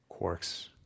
quarks